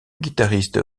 guitariste